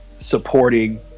supporting